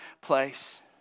place